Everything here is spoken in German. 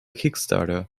kickstarter